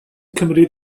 cymryd